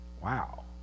Wow